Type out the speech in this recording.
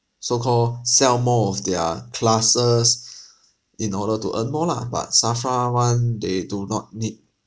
so called sell more of their classes in order to earn more lah but SAFRA [one] day do not need